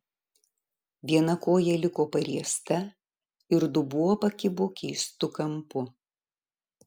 viena koja liko pariesta ir dubuo pakibo keistu kampu